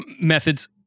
methods